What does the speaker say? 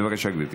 בבקשה, גברתי.